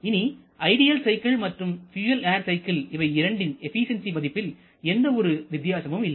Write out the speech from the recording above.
இனி ideal cycle மற்றும் fuel air cycle இவை இரண்டின் எபிசென்சி மதிப்பில் எந்த ஒரு வித்தியாசமும் இல்லை